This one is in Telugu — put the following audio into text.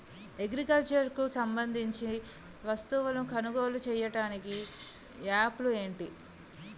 అగ్రికల్చర్ కు సంబందించిన వస్తువులను కొనుగోలు చేయటానికి యాప్లు ఏంటి?